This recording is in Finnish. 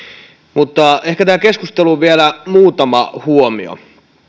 mutta ehkä tähän keskusteluun vielä muutama huomio